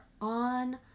on